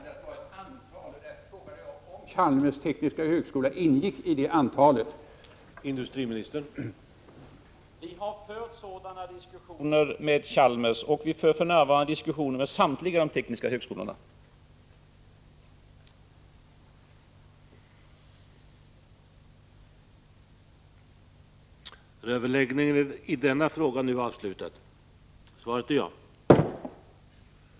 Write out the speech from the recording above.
Herr talman! Det var ett alldeles riktigt påpekande, att det gällde ”ett antal”. Därför frågade jag om Chalmers tekniska högskola ingick i detta antal.